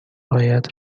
هایت